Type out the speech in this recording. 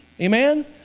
amen